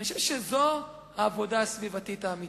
אני חושב שזאת העבודה הסביבתית האמיתית.